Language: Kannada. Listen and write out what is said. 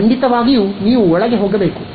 ಖಂಡಿತವಾಗಿಯೂ ನೀವು ಒಳಗೆ ಹೋಗಬೇಕು